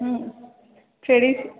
ట్రెడి